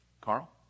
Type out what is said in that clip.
Carl